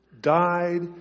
died